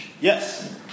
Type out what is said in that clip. Yes